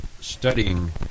studying